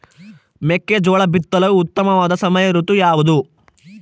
ಮೆಕ್ಕೆಜೋಳ ಬಿತ್ತಲು ಉತ್ತಮವಾದ ಸಮಯ ಋತು ಯಾವುದು?